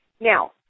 Now